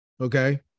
Okay